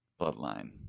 bloodline